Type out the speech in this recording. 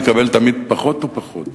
יקבל תמיד פחות ופחות.